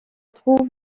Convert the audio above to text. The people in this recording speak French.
trouve